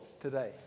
today